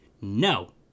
No